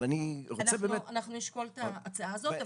אנחנו נשקול את ההצעה הזאת,